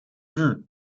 日本